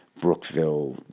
Brookville